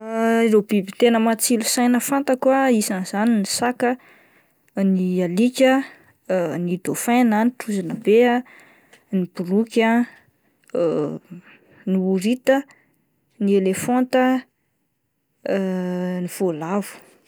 Ireo biby tena matsilo saina fantako ah isan'izany ny saka ah, ny alika, ny dauphin na ny trozona be ah, ny boloky ah ny horita, ny elefanta ny voalavo.